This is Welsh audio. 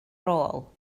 rôl